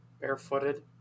barefooted